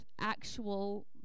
actual